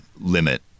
limit